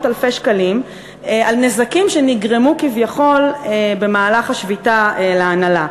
אלפי שקלים על נזקים שנגרמו כביכול בשביתה להנהלה.